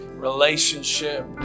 Relationship